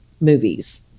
movies